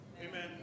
Amen